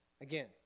Again